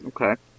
Okay